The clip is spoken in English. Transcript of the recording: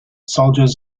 soldiers